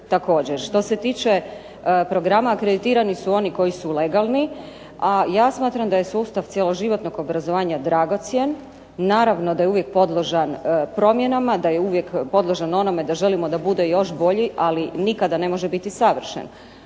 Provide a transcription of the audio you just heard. također. Što se tiče programa, akreditirani su oni koji su legalni, a ja smatram da je sustav cjeloživotnog obrazovanja dragocjen, naravno da je uvijek podložan promjenama, da je uvijek podložan onome da želimo da bude još bolji, ali nikada ne može biti savršen.